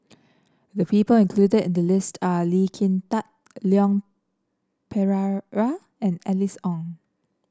the people included in the list are Lee Kin Tat Leon Perera and Alice Ong